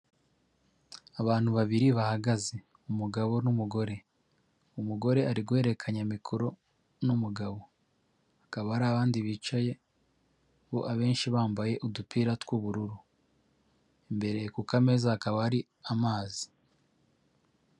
Abantu babiri bahagaze, umugabo n'umugore, umugore ari guhererekanya mikoro n'umugabo, hakaba hari abandi bicaye bo abenshi bambaye udupira tw'ubururu, imbere ku kukameza hakaba hari amazi.